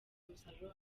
umusaruro